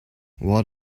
what